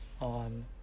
on